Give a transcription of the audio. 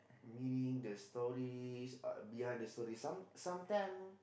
meaning the stories behind the story some sometime